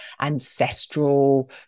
ancestral